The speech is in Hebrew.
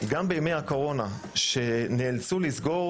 אפילו בימי הקורונה כשמשרד הבריאות לא הסכימו ואז נאלצו לסגור